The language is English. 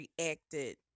reacted